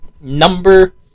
number